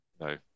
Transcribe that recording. No